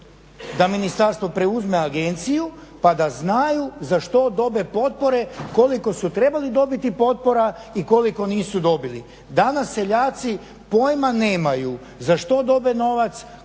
da ministarstvo preuzme agenciju pa da znaju za što dobe potpore, koliko su trebali dobiti potpora i koliko nisu dobili. Danas seljaci pojma nemaju za što dobe novac,